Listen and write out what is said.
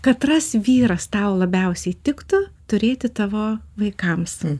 katras vyras tau labiausiai tiktų turėti tavo vaikams